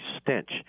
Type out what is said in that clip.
stench